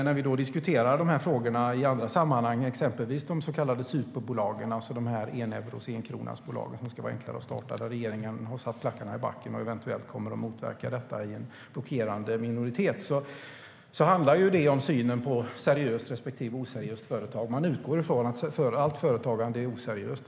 När vi diskuterar dessa frågor i andra sammanhang, exempelvis de så kallade SUP-bolagen, alltså de eneurobolag och enkronasbolag som ska vara enklare att starta, har regeringen satt klackarna i backen och kommer eventuellt att motverka detta i en blockerande minoritet. Då handlar det om synen på seriöst respektive oseriöst företagande. Man utgår från att allt företagande är oseriöst.